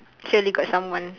surely got someone